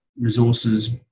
Resources